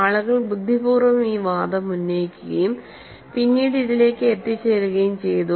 ആളുകൾ ബുദ്ധിപൂർവ്വം ഈ വാദം ഉന്നയിക്കുകയും പിന്നീട് ഇതിലേക്ക് എത്തിച്ചേരുകയും ചെയ്തു